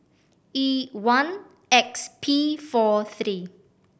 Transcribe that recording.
E one X P four three